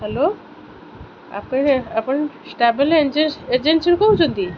hello ଆପଣ ଆପଣ travel ଏଜେନ୍ସିରୁ କହୁଛନ୍ତି